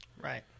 Right